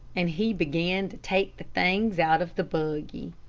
and he began to take the things out of the buggy.